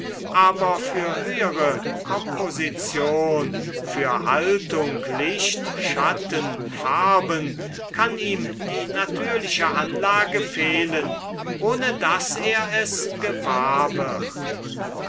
aber für höhere komposition für haltung licht schatten farben kann ihm die natürliche anlage fehlen ohne daß er es gewahr wird